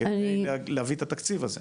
להביא את התקציב הזה.